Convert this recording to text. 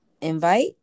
invite